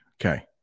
okay